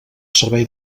servei